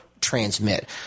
transmit